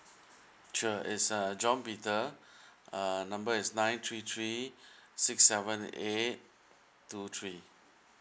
sure is uh john peter uh number is nine three three six seven eight two three